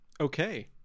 Okay